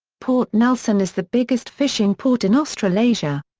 port nelson is the biggest fishing port in australasia.